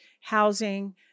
housing